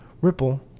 Ripple